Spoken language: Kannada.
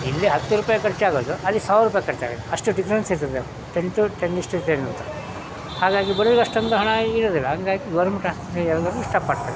ಇಲ್ಲಿ ಹತ್ತು ರೂಪಾಯಿ ಖರ್ಚಾಗೋದು ಅಲ್ಲಿ ಸಾವಿರೂಪಾಯಿ ಖರ್ಚಾಗುತ್ತೆ ಅಷ್ಟು ಡಿಫ್ರೆನ್ಸ್ ಇರ್ತದೆ ಟೆನ್ ಟು ಟೆನ್ ಇಷ್ಟು ಟೆನ್ ಅಂತ ಹಾಗಾಗಿ ಬಡವ್ರಿಗೆ ಅಷ್ಟೊಂದು ಹಣ ಇರುವುದಿಲ್ಲ ಹಾಗಾಗಿ ಗೋರ್ಮೆಂಟ್ ಆಸ್ಪತ್ರೆಗೆ ಹೋಗಲು ಇಷ್ಟಪಡ್ತಾರೆ